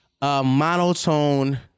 Monotone